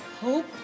hope